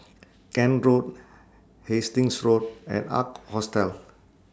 Kent Road Hastings Road and Ark Hostel